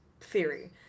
theory